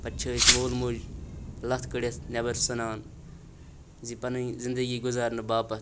پَتہٕ چھِ أسۍ مول موج لَتھ کٔڑِتھ نٮ۪بَر ژھٕنان زِ پَنٕنۍ زِندگی گُزارنہٕ باپَتھ